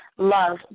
love